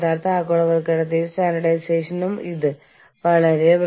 തൊഴിലാളികളുടെ യൂണിയൻ സാന്ദ്രതയുടെ തരങ്ങൾ